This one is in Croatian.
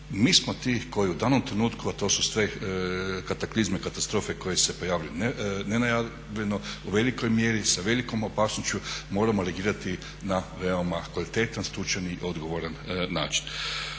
mi smo ti koji u danom trenutku a to su sve kataklizme, katastrofe koje se pojavljuju nenajavljeno, u velikoj mjeri sa velikom opasnošću moramo reagirati na veoma kvalitetan, stručan i odgovoran način.